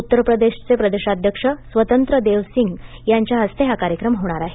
उत्तर प्रदेशचे प्रदेशाध्यक्ष स्वतंत्र देव सिंग यांच्या हस्ते हा कार्यक्रम होणार आहे